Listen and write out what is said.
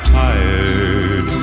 tired